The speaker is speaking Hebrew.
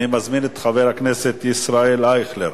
אני מזמין את חבר הכנסת ישראל אייכלר,